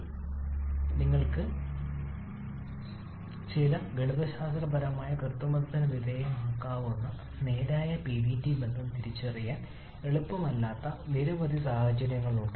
എന്നാൽ മുമ്പത്തെ പ്രഭാഷണത്തിൽ ഞാൻ സൂചിപ്പിച്ചതുപോലെ നിങ്ങൾക്ക് ചില ഗണിതശാസ്ത്രപരമായ കൃത്രിമത്വത്തിന് വിധേയമായേക്കാവുന്ന നേരായ പിവിടി ബന്ധം തിരിച്ചറിയാൻ എളുപ്പമല്ലാത്ത നിരവധി സാഹചര്യങ്ങളുണ്ട്